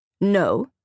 No